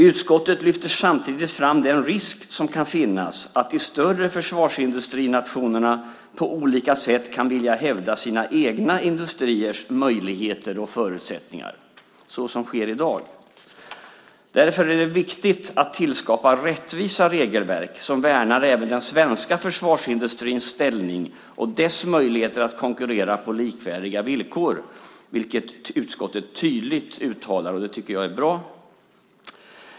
Utskottet lyfter samtidigt fram den risk som kan finnas för att de större försvarsindustrinationerna på olika sätt kan vilja hävda sina egna industriers möjligheter och förutsättningar, som i dag. Därför är det viktigt att skapa rättvisa regelverk som värnar även den svenska försvarsindustrins ställning och dess möjligheter att konkurrera på likvärdiga villkor, vilket utskottet tydligt uttalar.